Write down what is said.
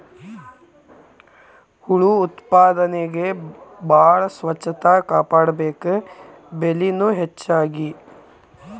ಹುಳು ಉತ್ಪಾದನೆಗೆ ಬಾಳ ಸ್ವಚ್ಚತಾ ಕಾಪಾಡಬೇಕ, ಬೆಲಿನು ಹೆಚಗಿ